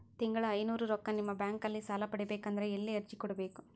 ತಿಂಗಳ ಐನೂರು ರೊಕ್ಕ ನಿಮ್ಮ ಬ್ಯಾಂಕ್ ಅಲ್ಲಿ ಸಾಲ ಪಡಿಬೇಕಂದರ ಎಲ್ಲ ಅರ್ಜಿ ಕೊಡಬೇಕು?